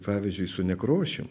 pavyzdžiui su nekrošium